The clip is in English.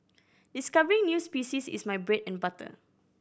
discovering new species is my bread and butter